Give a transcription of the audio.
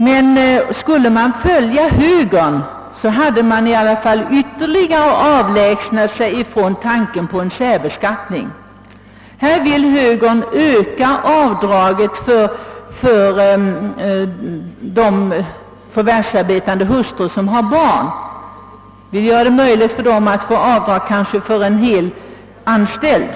Men om vi skulle följa högern härvidlag skulle vi i alla fall ytterligare avlägsna oss från tanken på en särbeskattning. Högern vill öka avdraget för förvärvsarbetande hustrur som har barn och vill göra det möjligt för dessa att få avdrag för kanske en heltidsanställd.